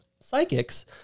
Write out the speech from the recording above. Psychics